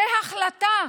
זו החלטה.